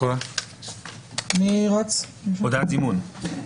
"אל __,